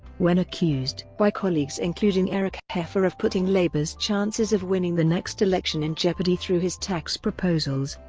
when accused by colleagues including eric heffer of putting labour's chances of winning the next election in jeopardy through his tax proposals,